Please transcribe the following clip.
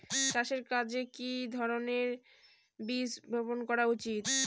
চাষের কাজে কি ধরনের বীজ বপন করা উচিৎ?